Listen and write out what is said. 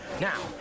Now